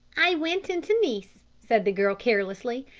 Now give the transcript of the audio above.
i went into nice, said the girl carelessly.